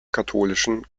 katholischen